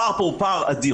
הפער פה הוא פער אדיר.